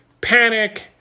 panic